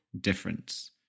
difference